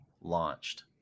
launched